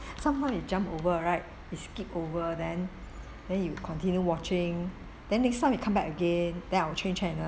somehow it jump over right it skip over then then you continue watching then next time you come back again then I will change channel